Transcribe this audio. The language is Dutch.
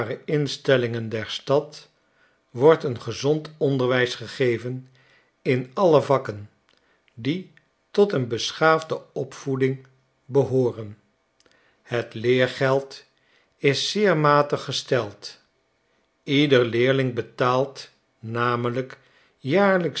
insteliingen der stad wordt een gezond onderwijs gegeven in alle vakken die tot een beschaafde opvoeding behooren het leergeld is zeer matig gesteld ieder leerling betaalt namelijk jaarlijks